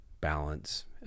balance